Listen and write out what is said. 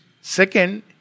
Second